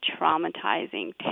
traumatizing